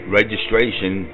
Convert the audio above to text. Registration